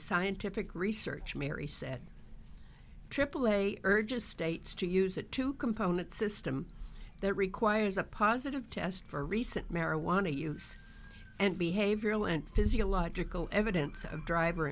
scientific research mary said aaa urges states to use the two components system that requires a positive test for recent marijuana use and behavioral and physiological evidence of driver